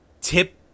tip